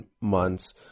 months